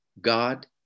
God